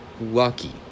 Lucky